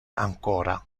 ancora